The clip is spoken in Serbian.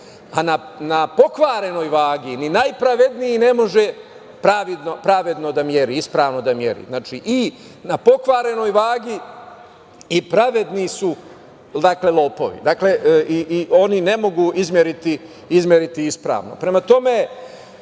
A na pokvarenoj vagi ni najpravedniji ne može pravedno da meri, ispravno da meri. Znači, i na pokvarenoj vagi i pravedni su lopovi, dakle, oni ne mogu izmeriti ispravno. Prema tome,